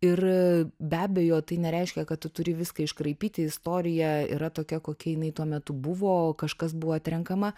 ir be abejo tai nereiškia kad tu turi viską iškraipyti istorija yra tokia kokia jinai tuo metu buvo kažkas buvo atrenkama